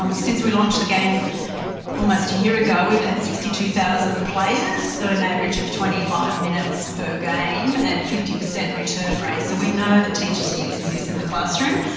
um since we launched the game almost a year ago we've had sixty two thousand players with an average of twenty five minutes per game and fifty percent return rates. so, we know that teachers are using this in the classroom.